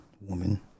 woman